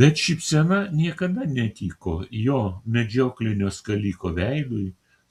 bet šypsena niekada netiko jo medžioklinio skaliko veidui